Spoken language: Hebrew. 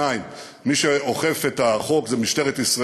1. 2. מי שאוכף את החוק זה משטרת ישראל,